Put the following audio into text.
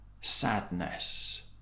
sadness